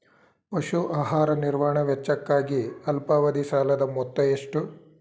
ಪಶು ಆಹಾರ ನಿರ್ವಹಣೆ ವೆಚ್ಚಕ್ಕಾಗಿ ಅಲ್ಪಾವಧಿ ಸಾಲದ ಮೊತ್ತ ಎಷ್ಟು?